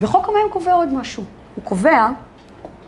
וחוק המים קובע עוד משהו. ‫הוא קובע...